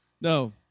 no